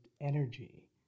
energy